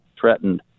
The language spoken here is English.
threatened